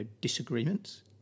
disagreements